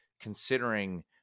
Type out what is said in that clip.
considering